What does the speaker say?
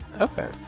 Okay